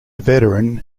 veteran